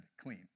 clean